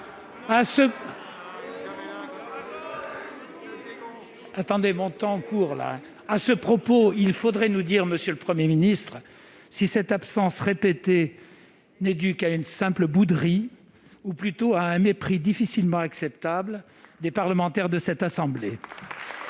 et de la santé. À ce propos, il faudrait nous dire, monsieur le Premier ministre, si cette absence répétée est due seulement à une simple bouderie ou, plutôt, à un mépris difficilement acceptable des parlementaires de la Haute Assemblée.